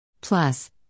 Plus